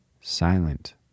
silent